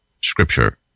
Scripture